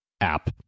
app